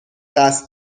قصد